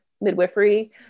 midwifery